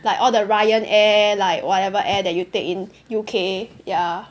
like all the Ryan Air like whatever air that you take in U_K ya